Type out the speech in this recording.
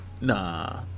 nah